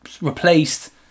replaced